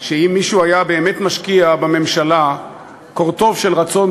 שאם מישהו בממשלה היה באמת משקיע קורטוב של רצון